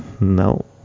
No